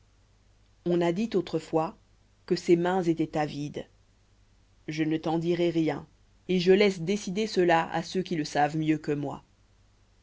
on a dit autrefois que ses mains étoient avides je ne t'en dirai rien et je laisse décider cela à ceux qui le savent mieux que moi